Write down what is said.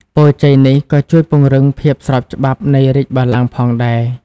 ពរជ័យនេះក៏ជួយពង្រឹងភាពស្របច្បាប់នៃរាជ្យបល្ល័ង្កផងដែរ។